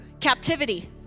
captivity